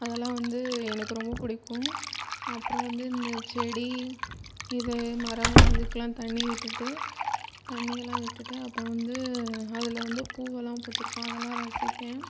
அதெல்லாம் வந்து எனக்கு ரொம்ப பிடிக்கும் அப்புறம் வந்து இந்த செடி இது மரம் இதுக்கெல்லாம் தண்ணி விட்டுட்டு தண்ணியெல்லாம் விட்டுட்டு அப்புறம் வந்து அதில் வந்து பூவெல்லாம் பூத்துருக்கும் அதெல்லாம் ரசிப்பேன்